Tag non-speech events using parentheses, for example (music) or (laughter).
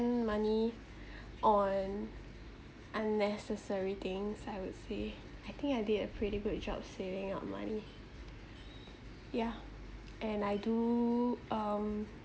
spend money (breath) on unnecessary things I would say I think I did a pretty good job saving up money yeah and I do um